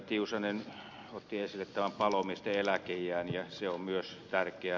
tiusanen otti esille palomiesten eläkeiän ja se on myös tärkeä